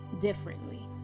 differently